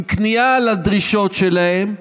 עם כניעה לדרישות שלהם.